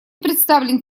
представлен